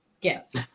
gift